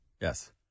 Yes